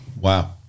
Wow